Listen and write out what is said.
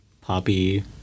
poppy